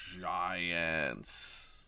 Giants